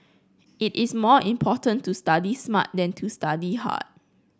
it is more important to study smart than to study hard